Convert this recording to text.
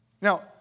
Now